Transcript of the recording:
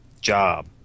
job